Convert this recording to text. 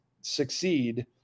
succeed